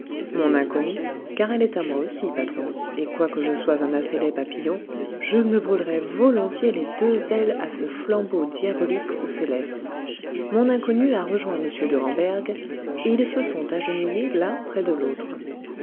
mon inconnue car elle est à moi aussi patron et quoique je sois un assez laid papillon je me brûlerais volontiers les deux ailes à ce flambeau diabolique ou céleste mon inconnue a rejoint m de ramberg et ils se sont agenouillés l'un près de l'autre